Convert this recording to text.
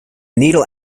needle